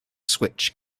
switch